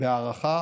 בהערכה